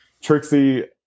trixie